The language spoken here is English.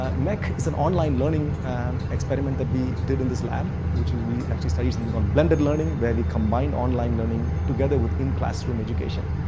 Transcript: mec is an online learning experiment that we did in this lab. which is we actually study something called blended learning, where we combine online learning together with in-classroom education.